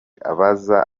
abaza